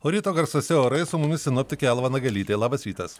o ryto garsuose orai su mumis sinoptikė alva nagelytė labas rytas